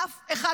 אף אחד,